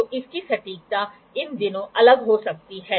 तो इसकी सटीकता इन दिनों अलग हो सकती है